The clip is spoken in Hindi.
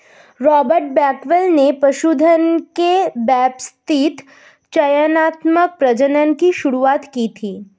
रॉबर्ट बेकवेल ने पशुधन के व्यवस्थित चयनात्मक प्रजनन की शुरुआत की थी